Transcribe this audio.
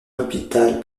hôpital